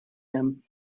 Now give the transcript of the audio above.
him